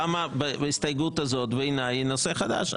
למה ההסתייגות הזאת בעיניי היא נושא חדש.